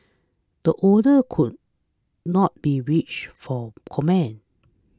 the owners could not be reached for comment